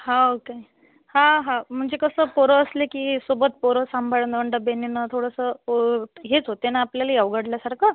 हो काय हा हा म्हणजे कसं पोरं असले की सोबत पोरं सांभाळणं आणि डबे नेणं थोडसं हेच होत आहे ना आपल्याला अवघडल्यासारखं